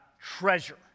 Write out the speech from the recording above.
treasure